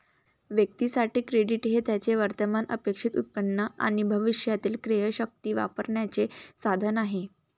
व्यक्तीं साठी, क्रेडिट हे त्यांचे वर्तमान अपेक्षित उत्पन्न आणि भविष्यातील क्रयशक्ती वापरण्याचे साधन आहे